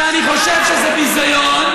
אבל זו המפלגה